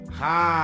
ha